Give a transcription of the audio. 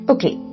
Okay